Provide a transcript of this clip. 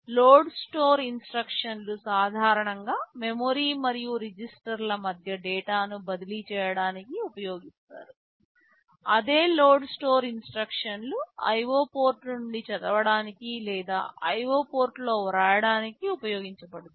load store ఇన్స్ట్రక్షన్లు సాధారణంగా memory మరియు రిజిస్టర్ మధ్య డేటాను బదిలీ చేయడానికి ఉపయోగిస్తారు అదే లోడ్ స్టోర్ ఇన్స్ట్రక్షన్లు IO పోర్ట్ నుండి చదవడానికి లేదా IO పోర్టులలో వ్రాయడానికి ఉపయోగించబడతాయి